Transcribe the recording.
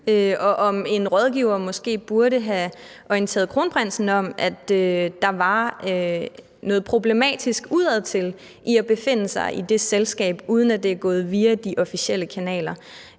og om en rådgiver måske burde have orienteret kronprinsen om, at der var noget problematisk udadtil i at befinde sig i det selskab, uden at det var gået via de officielle kanaler.